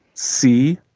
c,